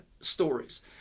stories